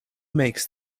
makes